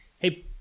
Hey